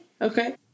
okay